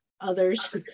others